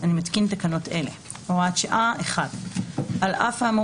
אני מתקין תקנות אלה: הוראת שעה 1. (א) על אף האמור